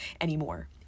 anymore